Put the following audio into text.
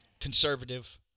conservative